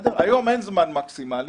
היום אין זמן מקסימלי,